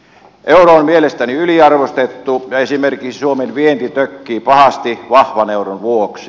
euro on mielestäni yliarvostettu ja esimerkiksi suomen vienti tökkii pahasti vahvan euron vuoksi